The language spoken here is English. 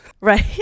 Right